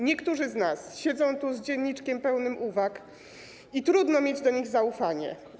Niektórzy z nas siedzą tu z dzienniczkiem pełnym uwag i trudno mieć do nich zaufanie.